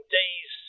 days